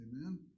Amen